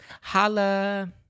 Holla